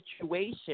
situation